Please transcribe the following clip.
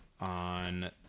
on